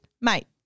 mate